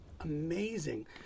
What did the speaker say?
amazing